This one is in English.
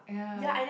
yeah